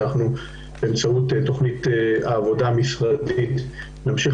אנחנו באמצעות עבודה משרדית נמשיך